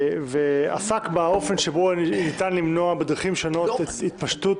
ועסק באופן שבו ניתן למנוע בדרכים שונות את התפשטות